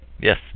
Yes